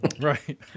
Right